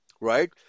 right